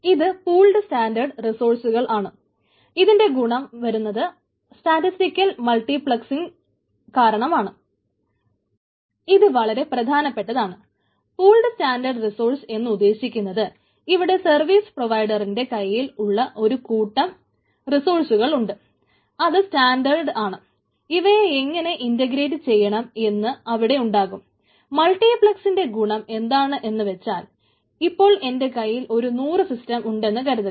ഇത് pooled standard റിസോഴ്സ്സ്കൾ ഉണ്ടെന്ന് കരുതുക